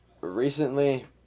recently